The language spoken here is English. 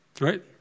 Right